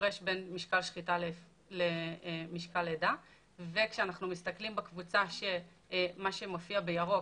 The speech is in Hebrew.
הפרש בין משקל שחיטה למשקל לידה; וכשאנחנו מסתכלים על מה שמופיע בירוק,